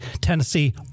Tennessee